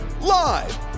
live